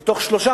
כך.